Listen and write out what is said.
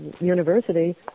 university